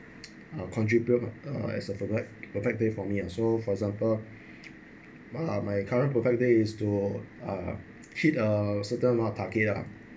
uh contribute uh as a perfect perfect day for me so for example uh my current perfect day is to uh hit a certain amount of target ah